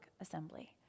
assembly